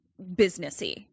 businessy